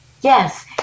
Yes